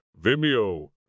Vimeo